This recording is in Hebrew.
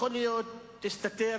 הוא יכול להגיד,